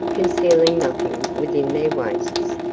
concealing nothing within their wastes,